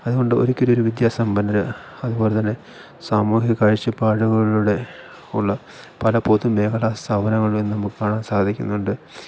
അതുകൊണ്ട് ഒരിക്കലും ഒരു വിദ്യാസമ്പന്നന് അതുപോലെ തന്നെ സാമൂഹിക കാഴ്ചപ്പാടുകളിലൂടെയുള്ള പല പൊതുമേഖലാ സ്ഥാപനങ്ങളിലും നമുക്ക് കാണാൻ സാധിക്കുന്നുണ്ട്